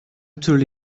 türlü